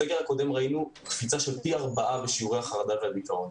בסגר הקודם ראינו קפיצה של פי ארבעה בשיעורי החרדה והדיכאון.